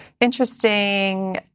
Interesting